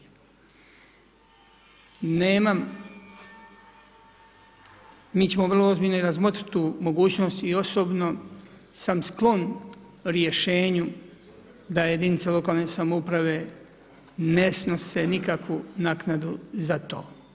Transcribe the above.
Nemam, mi ćemo vrlo ozbiljno i razmotriti tu mogućnost i osobno sam sklon rješenju da jedinica lokalne samouprave ne snose nikakvu naknadu za to.